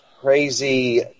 crazy